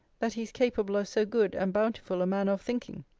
that he is capable of so good and bountiful a manner of thinking.